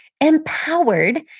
Empowered